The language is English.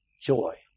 Joy